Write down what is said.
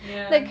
ya